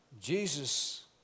Jesus